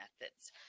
methods